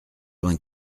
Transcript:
vingt